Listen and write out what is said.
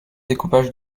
découpage